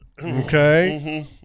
Okay